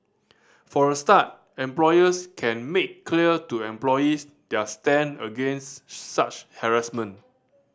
for a start employers can make clear to employees their stand against such harassment